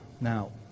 Now